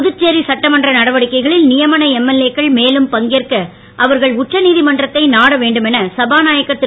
புதுச்சேரி சட்டமன்ற நடவடிக்கைகளில் நியமன எம்எல்ஏக்கள் மேலும் பங்கேற்க அவர்கள் உச்சநீதிமன்றத்தை நாட வேண்டும் என சபாநாயகர் திரு